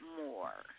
more